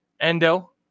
Endo